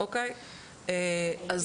מהצבא ומכוחות הביטחון.